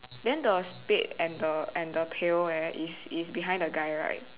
then the spade and the and the pail leh is behind the guy right